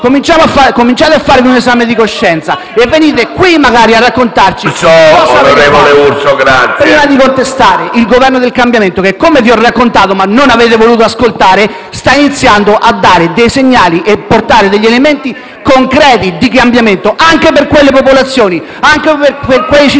cominciate a farvi un esame di coscienza. *(Commenti del senatore Urso)*. Venite qui a raccontarci cosa avete fatto prima di contestare il Governo del cambiamento che, come vi ho raccontato, anche se non avete voluto ascoltare, sta iniziando a dare dei segnali e a portare degli elementi concreti di cambiamento anche per quelle popolazioni e per quei cittadini